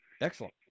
Excellent